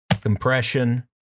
compression